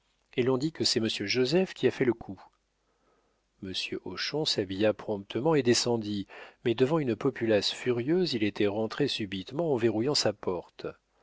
et l'on dit que c'est monsieur joseph qui a fait le coup monsieur hochon s'habilla promptement et descendit mais devant une populace furieuse il était rentré subitement en verrouillant sa porte